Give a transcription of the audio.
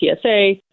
TSA